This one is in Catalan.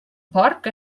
porc